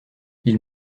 ils